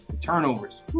Turnovers